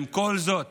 עם כל זאת